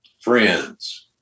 friends